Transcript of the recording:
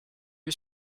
vue